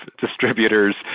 distributors